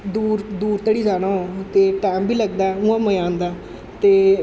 दूर दूर धोड़ी जाना हो ते टैम बी लगदा उ'आं मजा औंदा ते